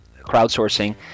crowdsourcing